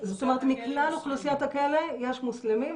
זאת אומרת מכלל אוכלוסיית הכלא יש מוסלמים,